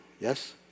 Yes